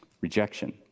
rejection